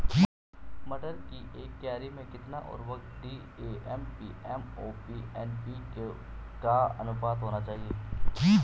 मटर की एक क्यारी में कितना उर्वरक डी.ए.पी एम.ओ.पी एन.पी.के का अनुपात होना चाहिए?